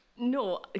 No